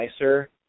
nicer